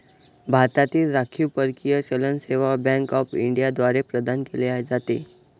भारतातील राखीव परकीय चलन सेवा बँक ऑफ इंडिया द्वारे प्रदान केले जाते